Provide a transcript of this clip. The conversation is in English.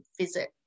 visit